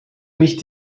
mich